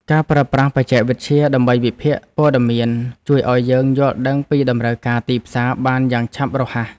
ការប្រើប្រាស់បច្ចេកវិទ្យាដើម្បីវិភាគព័ត៌មាន ជួយឱ្យយើងយល់ដឹងពីតម្រូវការទីផ្សារបានយ៉ាងឆាប់រហ័ស។